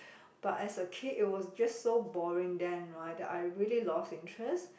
but as a kid it was just so boring then right that I really lost interest